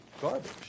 garbage